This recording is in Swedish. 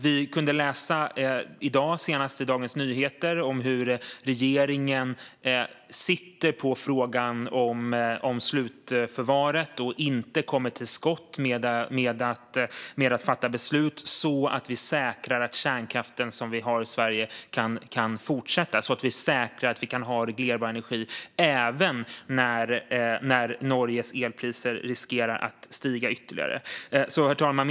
Vi kunde läsa i Dagens Nyheter i dag om hur regeringen sitter på frågan om slutförvaret och inte kommer till skott med att fatta beslut för att säkra att den kärnkraft som vi har i Sverige kan fortsätta och för att säkra att vi kan ha reglerbar energi även när Norges elpriser riskerar att stiga ytterligare. Herr talman!